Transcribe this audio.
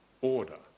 order